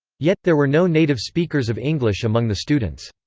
yet, there were no native speakers of english among the students.